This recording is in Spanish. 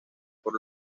por